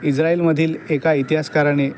इज्राईलमधील एका इतिहासकाराने